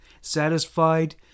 Satisfied